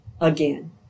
again